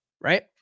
right